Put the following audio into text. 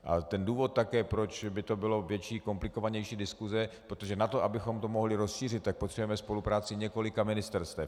A důvod, proč by to byla větší, komplikovanější diskuse, protože na to, abychom to mohli rozšířit, potřebujeme spolupráci několika ministerstev.